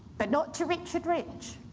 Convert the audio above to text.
but not to richard rich,